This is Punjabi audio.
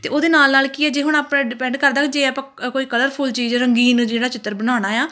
ਅਤੇ ਉਹਦੇ ਨਾਲ ਨਾਲ ਕੀ ਹੈ ਜੇ ਹੁਣ ਆਪਣਾ ਡਿਪੈਂਡ ਕਰਦਾ ਜੇ ਆਪਾਂ ਕੋਈ ਕਲਰਫੁੱਲ ਚੀਜ਼ ਰੰਗੀਨ ਜਿਹੜਾ ਚਿੱਤਰ ਬਣਾਉਣਾ ਆ